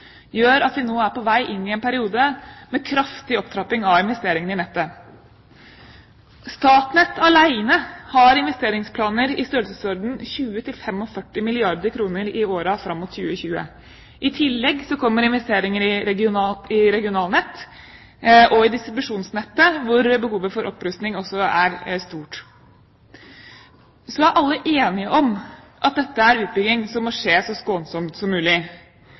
gjør at vi nå er på vei inn i en periode med kraftig opptrapping av investeringene i nettet. Statnett alene har investeringsplaner i størrelsesorden 20–45 milliarder kr i årene fram mot 2020. I tillegg kommer investeringer i regionalnett og i distribusjonsnettet, hvor behovet for opprustning også er stort. Så er alle enige om at dette er en utbygging som må skje så skånsomt som mulig.